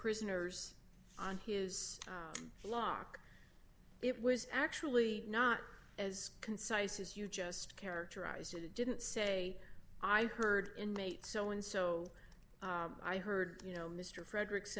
prisoners on his block it was actually not as concise as you just characterize it he didn't say i heard inmate so and so i heard you know mr frederick